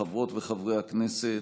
חברות וחברי הכנסת,